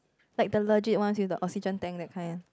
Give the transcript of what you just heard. like the legit one with the oxygen tank that kind